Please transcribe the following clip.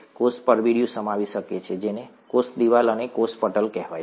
કોષ પરબિડીયું સમાવી શકે છે જેને કોષ દિવાલ અને કોષ પટલ કહેવાય છે